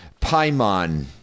Paimon